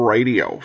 Radio